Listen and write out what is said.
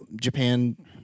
Japan